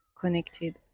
connected